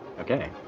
Okay